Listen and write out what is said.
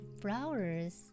flowers